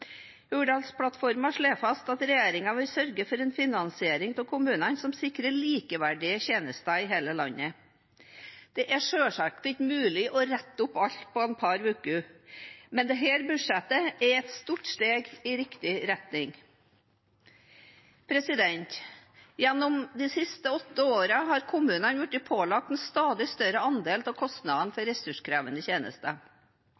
slår fast at regjeringen vil sørge for en finansiering av kommunene som sikrer likeverdige tjenester i hele landet. Det er selvsagt ikke mulig å rette opp alt på et par uker, men dette budsjettet er et stort steg i riktig retning. Gjennom de siste åtte årene har kommunene blitt pålagt en stadig større andel av kostnadene